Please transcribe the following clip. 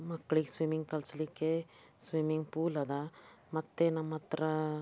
ಮಕ್ಳಿಗೆ ಸ್ವಿಮ್ಮಿಂಗ್ ಕಲಿಸ್ಲಿಕ್ಕೆ swimming pool ಅದ ಮತ್ತೆ ನಮ್ಮ ಹತ್ರ